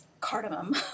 cardamom